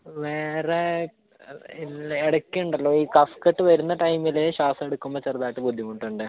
വേറെ ഇല്ല ഇടയ്ക്ക് ഉണ്ടല്ലൊ ഈ കഫക്കെട്ട് വരുന്ന ടൈമിൽ ഈ ശ്വാസം എടുക്കുമ്പം ചെറുതായിട്ട് ബുദ്ധിമുട്ട് ഉണ്ട്